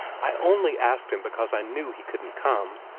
i only asked him because i knew he couldn't come.